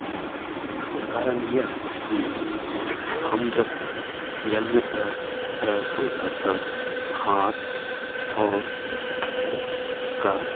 इसका कारण यह है कि हम जब जल में तैर तैरते हैं तब हाथ और पैर का